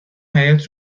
حیاط